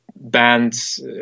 bands